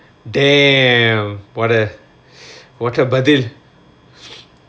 damn what a what a brother